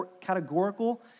categorical